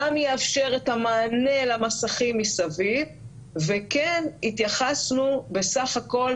גם יאפשר את המענה למסכים מסביב וכן התייחסנו בסך הכול